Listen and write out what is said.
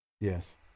Yes